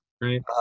right